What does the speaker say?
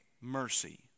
mercy